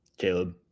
Caleb